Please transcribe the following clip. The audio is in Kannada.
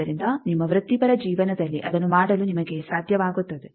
ಆದ್ದರಿಂದ ನಿಮ್ಮ ವೃತ್ತಿಪರ ಜೀವನದಲ್ಲಿ ಅದನ್ನು ಮಾಡಲು ನಿಮಗೆ ಸಾಧ್ಯವಾಗುತ್ತದೆ